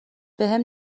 بهم